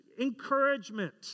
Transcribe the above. encouragement